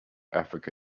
africa